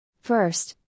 First